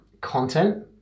content